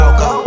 go